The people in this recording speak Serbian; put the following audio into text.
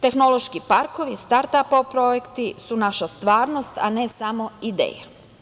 Tehnološki parkovi i start-ap projekti su naša stvarnost, a ne samo ideja.